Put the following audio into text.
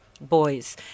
boys